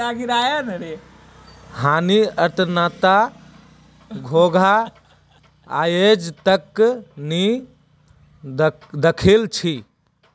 हामी अट्टनता घोंघा आइज तक नी दखिल छि